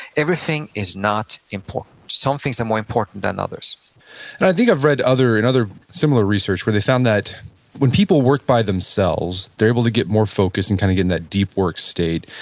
everything is not important, some things are more important than others and i think i've read in and other similar research where they found that when people worked by themselves, they're able to get more focused and kinda get in that deep work state,